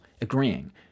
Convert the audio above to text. agreeing